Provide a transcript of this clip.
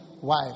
wife